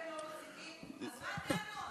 אז מה הטענות?